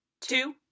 two